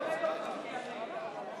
הצעת סיעת קדימה להביע אי-אמון בממשלה לא נתקבלה.